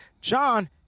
John